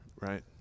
Right